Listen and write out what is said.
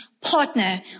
Partner